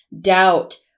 doubt